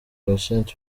patient